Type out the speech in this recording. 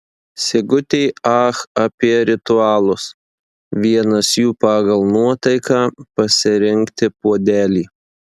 sigutė ach apie ritualus vienas jų pagal nuotaiką pasirinkti puodelį